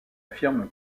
affirme